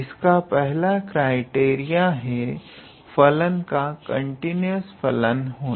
इसका पहला क्राइटेरिया है फलन का कंटीन्यूअस फलन होना